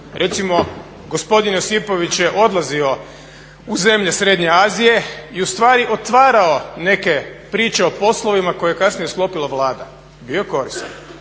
Recimo gospodin Josipović je odlazio u zemlje srednje Azije i ustvari otvarao neke priče o poslovima koje je kasnije sklopila Vlada, bio je koristan.